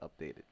updated